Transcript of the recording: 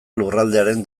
lurraldearen